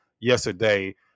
yesterday